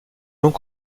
donc